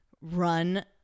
run